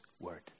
word